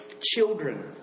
children